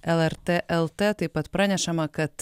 lrt lt taip pat pranešama kad